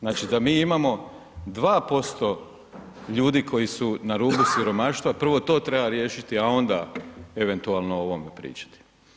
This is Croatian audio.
Znači da mi imamo 2% ljudi koji su na rubu siromaštva, prvo to treba riješiti a onda eventualno o ovome pričati.